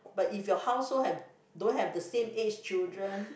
but if your house hold have don't have the same age children